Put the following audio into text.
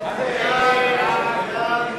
ההסתייגויות של קבוצת סיעת ש"ס לסעיף 09,